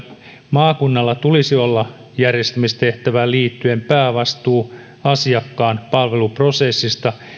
maakunnalla tulisi olla järjestämistehtävään liittyen päävastuu asiakkaan palveluprosessista